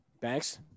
Thanks